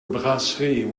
brasserie